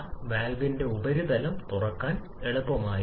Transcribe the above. കാരണം ഇത് സിലിണ്ടർ വാതകങ്ങളുടെ പ്രവർത്തനത്തെ ശക്തമായി ബാധിക്കും